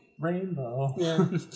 rainbow